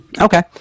Okay